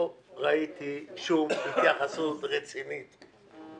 הרווחה והשירותים החברתיים חיים כץ: אני לא ראיתי שום התייחסות רצינית.